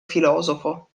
filosofo